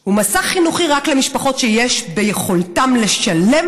הוא מסע חינוכי רק למשפחות שיש ביכולתן לשלם